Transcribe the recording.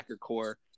core